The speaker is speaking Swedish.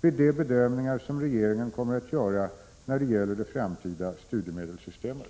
vid de bedömningar som regeringen kommer att göra när det gäller det framtida studiemedelssystemet.